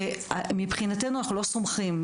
מבחינתנו אנחנו לא סומכים.